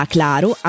Claro